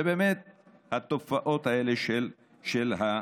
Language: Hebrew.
זה באמת התופעות האלה של העוני.